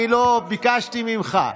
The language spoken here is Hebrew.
אני לא ביקשתי ממך.